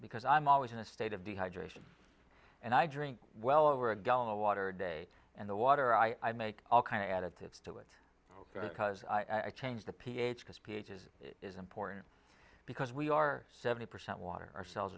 because i'm always in a state of dehydration and i drink well over a gallon of water a day and the water i make all kind of additives to it because i change the ph because ph is is important because we are seventy percent water ourselves